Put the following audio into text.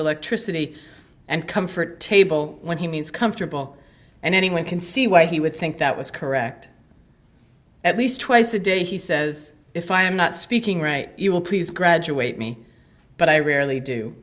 electricity and comfort table when he means comfortable and anyone can see why he would think that was correct at least twice a day he says if i am not speaking right you will please grab your weight me but i rarely do